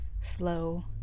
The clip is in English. slow